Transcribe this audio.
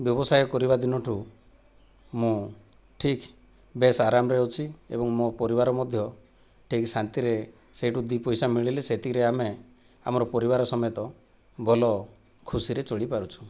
ବ୍ୟବସାୟ କରିବା ଦିନ ଠାରୁ ମୁଁ ଠିକ ବେସ୍ ଆରାମରେ ଅଛି ଏବଂ ମୋ ପରିବାର ମଧ୍ୟ ଠିକ ଶାନ୍ତିରେ ସେହି ଠାରୁ ଦୁଇ ପଇସା ମିଳିଲେ ସେତିକିରେ ଆମେ ଆମର ପରିବାର ସମେତ ଭଲ ଖୁସିରେ ଚଳିପାରୁଛୁ